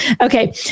Okay